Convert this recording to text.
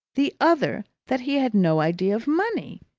the other that he had no idea of money.